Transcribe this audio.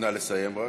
נא לסיים רק,